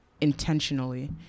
intentionally